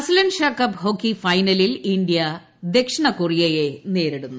അസ്തൻഷാ cup hockey ഫൈനലിൽ India ദക്ഷിണകൊറിയയെ നേരിടുന്നു